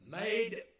made